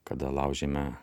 kada laužiame